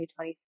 2023